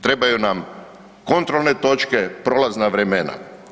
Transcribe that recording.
Trebaju nam kontrolne točke, prolazna vremena.